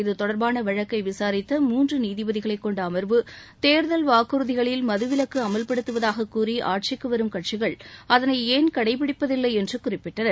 இது தொடர்பாக வழக்கை விசாரித்த மூன்று நீதிபதிகளைக் கொண்ட அமர்வு தேர்தல் வாக்குறுதிகளில் மதுவிலக்கு அமல்படுத்துவதாகக் கூறி ஆட்சிக்கு வரும் கட்சிகள் அதனை ஏன் கடைபிடிப்பதில்லை என்று குறிப்பிட்டனர்